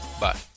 Bye